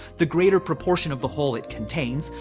the greater proportion of the whole it contains,